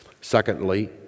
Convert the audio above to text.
Secondly